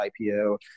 ipo